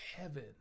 heaven